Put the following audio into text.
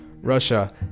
Russia